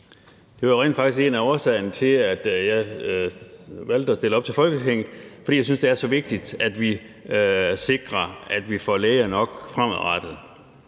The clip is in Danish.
Det var rent faktisk en af årsagerne til, at jeg valgte at stille op til Folketinget, altså fordi jeg synes, det er så vigtigt, at vi sikrer, at vi får læger nok fremadrettet.